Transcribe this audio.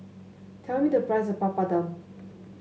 tell me the price of Papadum